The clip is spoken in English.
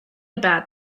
about